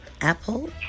Apple